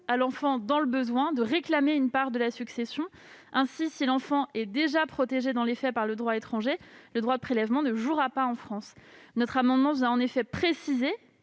à l'enfant dans le besoin de réclamer une part de la succession. Ainsi, si l'enfant est déjà protégé dans les faits par le droit étranger, le droit de prélèvement ne jouera pas en France. Notre amendement tend en effet à préciser,